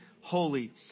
holy